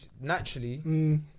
naturally